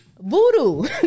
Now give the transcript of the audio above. Voodoo